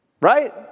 Right